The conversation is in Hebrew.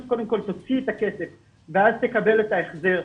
קודם כל תוציא את הכסף ואז תקבל את ההחזר,